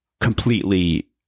completely